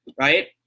right